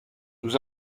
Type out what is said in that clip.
nous